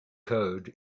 code